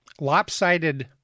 lopsided